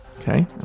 Okay